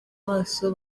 maso